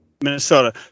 Minnesota